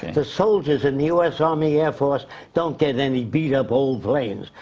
the soldiers in the us army air force don't get any beat up old planes.